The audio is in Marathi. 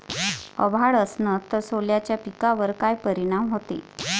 अभाळ असन तं सोल्याच्या पिकावर काय परिनाम व्हते?